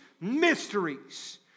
mysteries